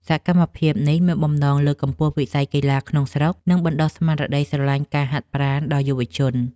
សកម្មភាពនេះមានបំណង លើកកម្ពស់វិស័យកីឡាក្នុងស្រុក និងបណ្ដុះស្មារតីស្រឡាញ់ការហាត់ប្រាណដល់យុវជន។